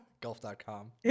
Golf.com